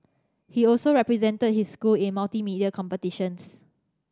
he also represented his school in multimedia competitions